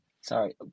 sorry